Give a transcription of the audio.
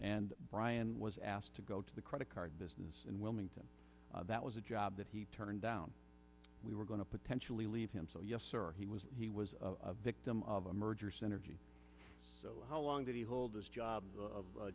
and brian was asked to go to the credit card business in wilmington that was a job that he turned down we were going to potentially leave him so he was he was a victim of a merger synergy how long did he hold this job of